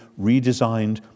redesigned